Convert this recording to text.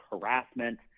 harassment